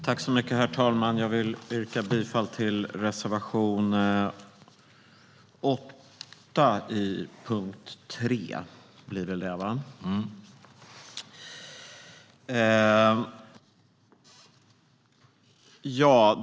Herr talman! Jag vill yrka bifall till reservation 8 under punkt 3.